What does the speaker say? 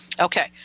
Okay